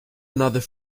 another